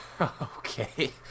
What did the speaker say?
Okay